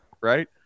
right